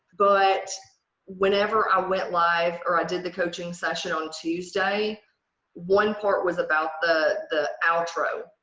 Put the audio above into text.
but whenever i went live or i did the coaching session on tuesday one part was about the the outro.